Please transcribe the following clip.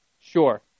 Sure